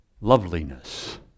loveliness